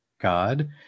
God